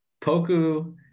poku